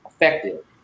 effective